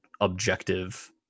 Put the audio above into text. objective